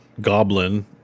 goblin